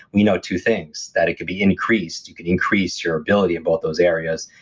we know two things that it could be increased. you could increase your ability in both those areas,